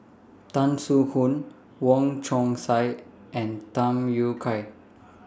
Tan Soo Khoon Wong Chong Sai and Tham Yui Kai